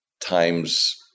times